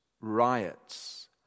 riots